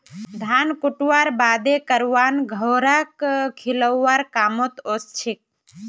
धान कुटव्वार बादे करवान घोड़ाक खिलौव्वार कामत ओसछेक